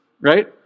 right